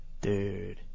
Dude